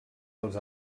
els